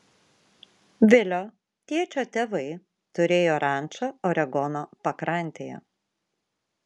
vilio tėčio tėvai turėjo rančą oregono pakrantėje